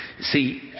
See